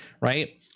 right